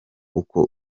uko